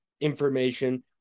information